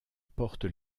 portent